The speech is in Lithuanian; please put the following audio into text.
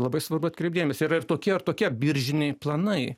labai svarbu atkreipt dėmesį ir tokie ar tokie biržiniai planai